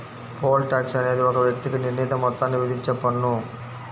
pole tax అనేది ఒక వ్యక్తికి నిర్ణీత మొత్తాన్ని విధించే పన్ను